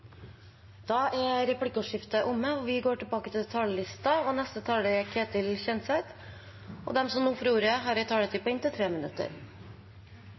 Da er replikkordskiftet omme. De talerne som heretter får ordet, har også en taletid på inntil 3 minutter.